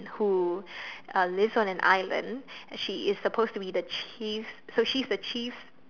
who uh lives on an island she is supposed to be the chief's so she's the chief's